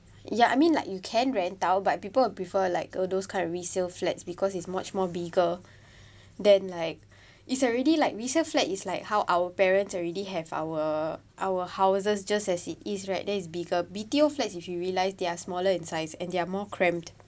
ya I mean like you can rent out but people would prefer like all those kind of resale flats because it's much more bigger than like it's already like resale flat is like how our parents already have our our houses just as it is right then is bigger B_T_O flats if you realise they are smaller in size and they are more cramped